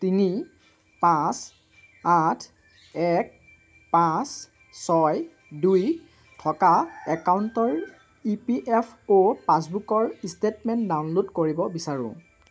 সাত তিনি পাঁচ আঠ এক পাঁচ ছয় দুই থকা একাউণ্টৰ ই পি এফ অ' পাছবুকৰ ষ্টেটমেণ্ট ডাউনলোড কৰিব বিচাৰোঁ